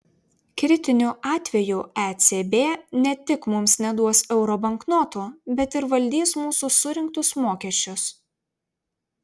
kritiniu atveju ecb ne tik mums neduos euro banknotų bet ir valdys mūsų surinktus mokesčius